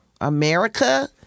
America